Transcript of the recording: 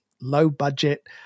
low-budget